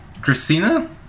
Christina